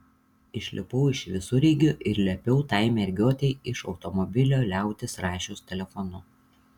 išlipau iš visureigio ir liepiau tai mergiotei iš automobilio liautis rašius telefonu